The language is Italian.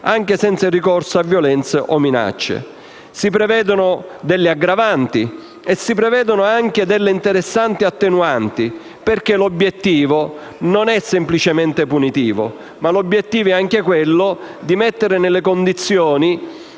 anche senza il ricorso a violenze o minacce. Si prevedono delle aggravanti e anche delle interessanti attenuanti, perché l'obiettivo non è semplicemente punitivo, ma è anche quello di mettere nelle condizioni